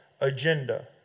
agenda